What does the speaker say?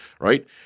right